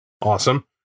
Awesome